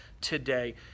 today